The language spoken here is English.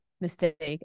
mistake